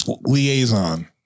Liaison